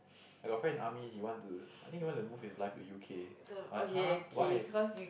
I got friend in army he want to I think he want to move his life to U_K I like !huh! why